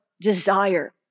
desire